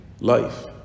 life